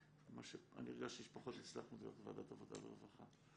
אני הרגשתי שפחות הצלחנו דרך ועדת העבודה והרווחה.